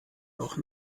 noch